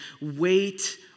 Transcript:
Wait